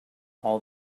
all